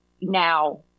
now